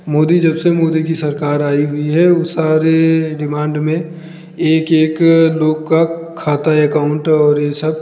मोदी जब से मोदी की सरकार आई हुई हुई है वह सारे रिमांड में एक एक लोग का खाता या अकाउंट और यह सब